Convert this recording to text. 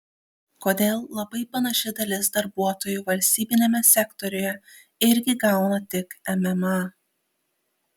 kodėl labai panaši dalis darbuotojų valstybiniame sektoriuje irgi gauna tik mma